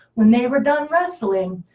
when they were done wrestling,